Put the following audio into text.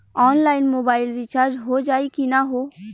Online mobile recharge हो जाई की ना हो?